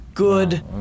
Good